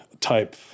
type